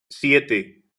siete